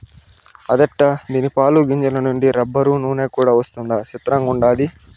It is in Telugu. అదెట్టా దీని పాలు, గింజల నుంచి రబ్బరు, నూన కూడా వస్తదా సిత్రంగుండాది